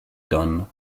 done